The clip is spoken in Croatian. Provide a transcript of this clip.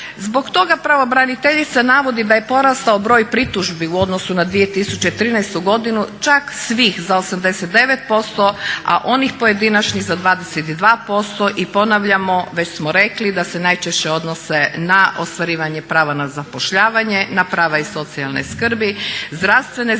Zbog toga pravobraniteljica navodi da je porastao broj pritužbi u odnosu na 2013.godinu čak svih za 89% a onih pojedinačnih za 22% i ponavljamo već smo rekli da se najčešće odnose na ostvarivanje prava na zapošljavanje, na prava iz socijalne skrbi, zdravstvene zaštite